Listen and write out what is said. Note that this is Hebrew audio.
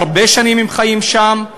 הרבה שנים הם חיים שם,